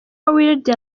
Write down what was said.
wilde